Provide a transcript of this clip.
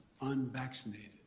Unvaccinated